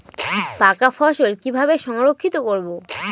পাকা ফসল কিভাবে সংরক্ষিত করব?